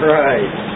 right